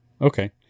Okay